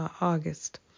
August